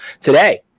Today